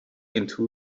into